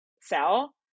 sell